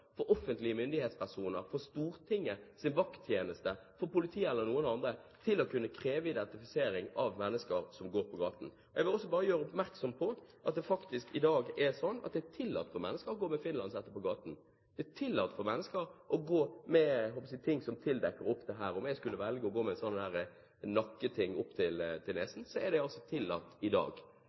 for offentlige myndighetspersoner, for Stortingets vakttjeneste, for politiet eller noen andre til å kunne kreve identifisering av mennesker som går på gaten. Jeg vil også bare gjøre oppmerksom på at det faktisk i dag er tillatt for mennesker å gå med finlandshette på gaten. Det er tillatt for mennesker å gå med ting som tildekker helt opp. Om jeg skulle velge å gå med en sånn nakketing opp til nesen, er det altså tillatt i dag